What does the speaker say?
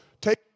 take